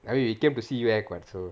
I mean we came to see you act [what] so